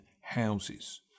houses